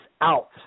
out